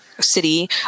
city